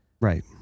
Right